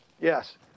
yes